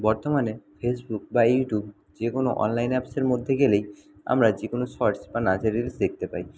বর্তমানে ফেসবুক বা ইউটিউব যে কোনও অনলাইন অ্যাপসের মধ্যে গেলেই আমরা যে কোনও শর্টস বা নাচের রিলস দেখতে পাই